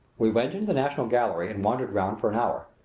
we went into the national gallery and wandered round for an hour.